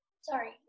Sorry